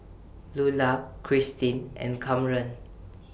Lulah Cristin and Kamren